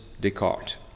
Descartes